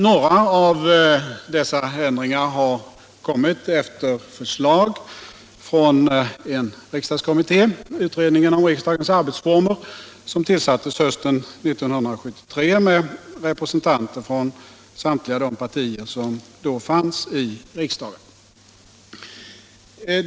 Några av dessa ändringar har kommit efter förslag från en riksdagskommitté, utredningen om riksdagens arbetsformer, som tillsattes hösten 1973 med representanter för samtliga de partier som då fanns i riksdagen.